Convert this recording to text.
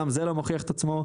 גם זה לא מוכיח את עצמו,